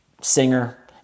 singer